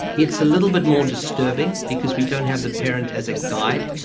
it's a little bit more disturbing because we don't have the parent as a guide,